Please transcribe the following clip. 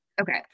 okay